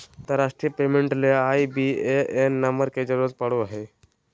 अंतरराष्ट्रीय पेमेंट ले IBAN number के जरूरत पड़ो हय